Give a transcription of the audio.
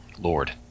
Lord